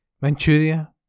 Manchuria